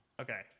Okay